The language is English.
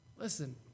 Listen